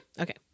Okay